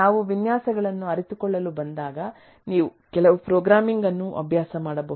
ನಾವು ವಿನ್ಯಾಸಗಳನ್ನು ಅರಿತುಕೊಳ್ಳಲು ಬಂದಾಗ ನೀವು ಕೆಲವು ಪ್ರೋಗ್ರಾಮಿಂಗ್ ಅನ್ನು ಅಭ್ಯಾಸ ಮಾಡಬಹುದು